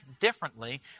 differently